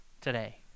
today